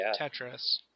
Tetris